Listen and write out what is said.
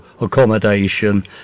accommodation